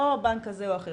לא בנק כזה או אחר